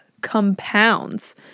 compounds